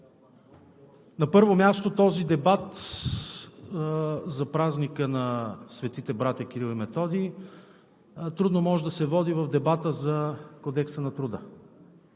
На първо място, дебатът за празника на Светите братя Кирил и Методий трудно може да се води в дебата за Кодекса на труда.